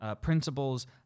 principles